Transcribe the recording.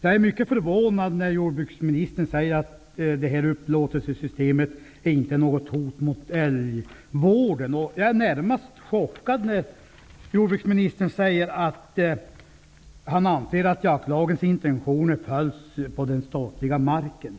Jag är mycket förvånad över att jordbruksministern säger att det här upplåtelsesystemet inte är något hot mot älgvården, och jag är närmast chockad över att jordbruksministern säger att han anser att jaktlagens intentioner följs på den statliga marken.